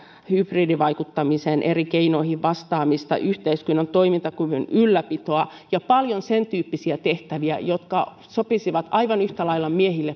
hybridivaikuttamisen eri keinoihin vastaamista yhteiskunnan toimintakyvyn ylläpitoa ja paljon sentyyppisiä tehtäviä jotka sopisivat aivan yhtä lailla